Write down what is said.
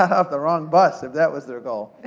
ah off the wrong bus if that was their goal.